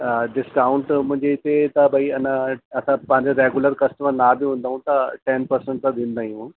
discount मुंहिंजे हिते त भई अञा असां पंहिंजा रेगुलर कस्टमर न बि हूंदव त टेन परसेंट त ॾींदा ई आहियूं